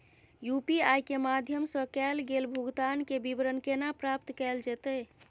UPI के माध्यम सं कैल गेल भुगतान, के विवरण केना प्राप्त कैल जेतै?